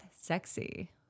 Sexy